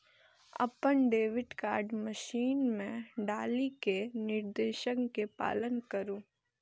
अपन debit card machine मे डालि कें निर्देश के पालन करु